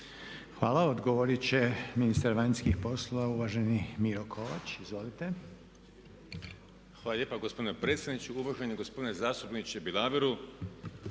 Hvala. Odgovorit će ministar vanjskih poslova, uvaženi Miro Kovač. Izvolite. **Kovač, Miro (HDZ)** Hvala lijepa gospodine predsjedniče. Uvaženi gospodine zastupniče Bilaveru